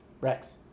Rex